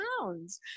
pounds